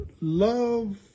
Love